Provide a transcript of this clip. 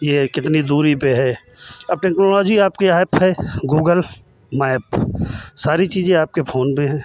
ये कितनी दूरी पे है अब टेक्नोलॉजी आपके ऐप है गूगल मैप सारी चीज़ें आपके फोन में है